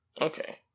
Okay